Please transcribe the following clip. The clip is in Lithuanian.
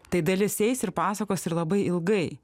tai dalis eis ir pasakos ir labai ilgai